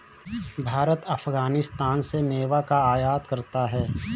भारत अफगानिस्तान से मेवा का आयात करता है